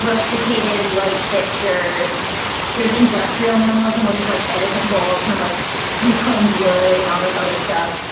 rusticated light fixtures there's industrial minimalism, which is like edison bulbs and like reclaimed wood and all this other stuff,